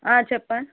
చెప్పండి